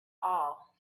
all